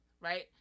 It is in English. right